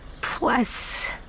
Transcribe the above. Plus